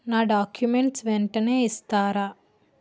నా డాక్యుమెంట్స్ వెంటనే ఇస్తారా?